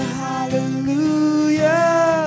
hallelujah